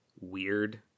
weird